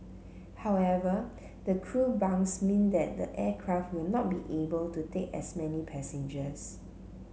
however the crew bunks mean that the aircraft will not be able to take as many passengers